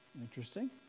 interesting